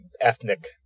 ethnic